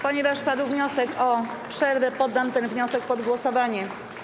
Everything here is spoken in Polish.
Ponieważ padł wniosek o przerwę, poddam ten wniosek pod głosowanie.